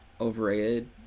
overrated